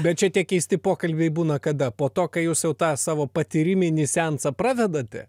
bet čia tie keisti pokalbiai būna kada po to kai jūs jau tą savo patyriminį seansą pravedate